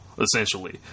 essentially